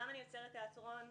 כי אני רוצה לדעת.